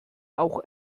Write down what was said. auch